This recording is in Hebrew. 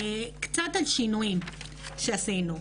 קצת על השינויים שעשינו.